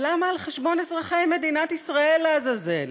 אבל למה על-חשבון אזרחי מדינת ישראל, לעזאזל?